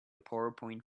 powerpoint